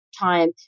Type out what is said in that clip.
time